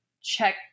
check